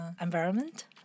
environment